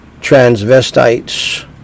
transvestites